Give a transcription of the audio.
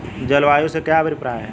जलवायु से क्या अभिप्राय है?